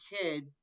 kid